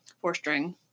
four-string